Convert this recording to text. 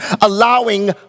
allowing